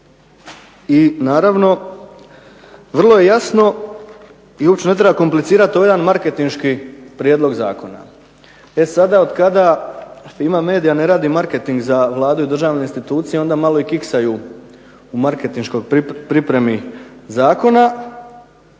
i naravno vrlo je jasno i uopće ne treba komplicirati ovo je jedan marketinški prijedlog zakona. E sada otkada FIMA media ne radi marketing za Vladu i državne institucije onda malo i kiksaju u marketinškoj pripremi zakona,